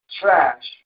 trash